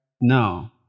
No